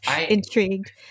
intrigued